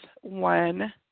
one